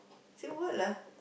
say what lah